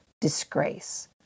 disgrace